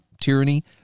tyranny